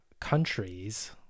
countries